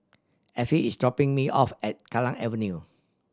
Affie is dropping me off at Kallang Avenue